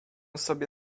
sobie